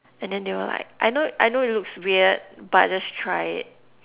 and then they will like I know I know it looks weird but just try it